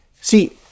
See